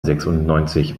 sechsundneunzig